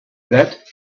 that